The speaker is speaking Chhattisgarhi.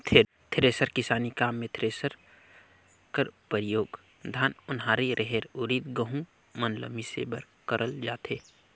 थेरेसर किसानी काम मे थरेसर कर परियोग धान, ओन्हारी, रहेर, उरिद, गहूँ मन ल मिसे बर करल जाथे